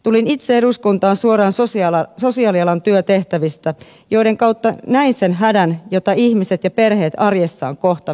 tulin itse eduskuntaan suoraan sosiaalialan työtehtävistä joiden kautta näin sen hädän jota ihmiset ja perheet arjessaan kohtasivat